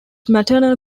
maternal